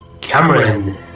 Cameron